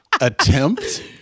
attempt